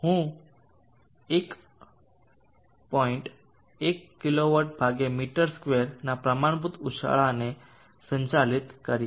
હું 1 1kWm2 ના પ્રમાણભૂત ઉછાળાને ચિહ્નિત કરીશ